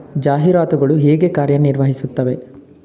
ಜಾಹೀರಾತುಗಳು ಹೇಗೆ ಕಾರ್ಯ ನಿರ್ವಹಿಸುತ್ತವೆ?